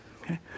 okay